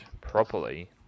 properly